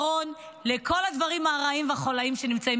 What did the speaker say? הפתרון לכל הדברים הרעים והחוליים שנמצאים